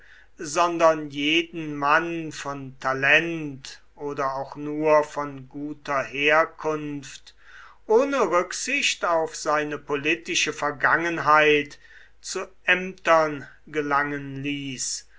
sondern jeden mann von talent oder auch nur von guter herkunft ohne rücksicht auf seine politische vergangenheit zu ämtern gelangen ließ